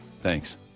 Thanks